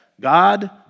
God